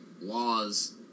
laws